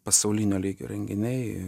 pasaulinio lygio renginiai